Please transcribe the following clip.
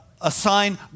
assign